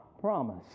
promise